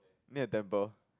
near a temple